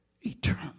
eternal